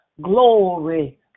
glory